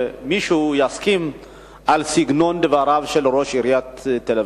שיסכים על סגנון דבריו של ראש עיריית תל-אביב,